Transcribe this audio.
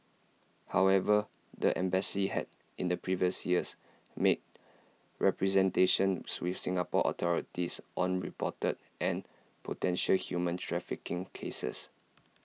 however the embassy had in the previous years made representations with Singapore authorities on reported and potential human trafficking cases